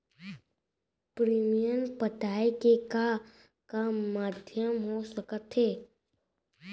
Premium पटाय के का का माधयम हो सकत हे?